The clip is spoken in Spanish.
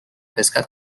pesca